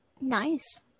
Nice